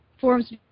forms